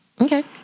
Okay